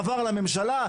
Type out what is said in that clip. עבר לממשלה.